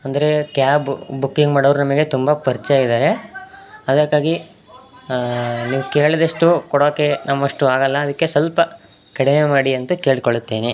ಅಂದರೆ cab booking ಮಾಡವ್ರು ನಮಗೆ ತುಂಬ ಪರಿಚಯ ಇದ್ದಾರೆ ಅದಕ್ಕಾಗಿ ನೀವು ಕೇಳಿದಷ್ಟು ಕೊಡೋಕ್ಕೆ ನಮ್ಮಷ್ಟು ಆಗೋಲ್ಲ ಅದಕ್ಕೆ ಸ್ವಲ್ಪ ಕಡಿಮೆ ಮಾಡಿ ಅಂತ ಕೇಳಿಕೊಳ್ಳುತ್ತೇನೆ